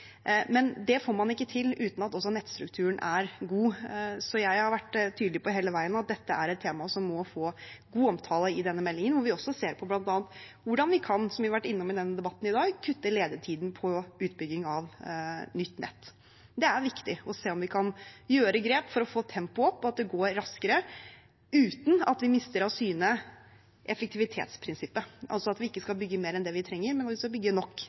Det får man ikke til uten at også nettstrukturen er god, så jeg har vært tydelig på hele veien at dette er et tema som må få god omtale i denne meldingen, hvor vi også ser på bl.a. hvordan vi kan – som vi har vært inne på i denne debatten i dag – kutte ledetiden på utbygging av nytt nett. Det er viktig å se om vi kan ta grep for å få tempoet opp og at det går raskere uten at vi mister av synet effektivitetsprinsippet, altså at vi ikke skal bygge mer enn det vi trenger, men at vi skal bygge nok